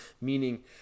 meaning